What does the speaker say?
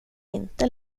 inte